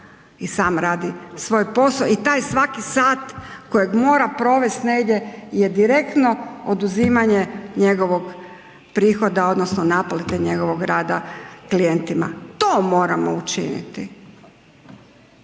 i sam radi svoj posao i taj svaki sat kojeg mora provest negdje je direktno oduzimanje njegovog prihoda odnosno naplate njegovog rada klijentima. To moramo učiniti.